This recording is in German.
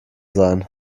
sein